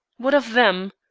what of them?